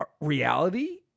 reality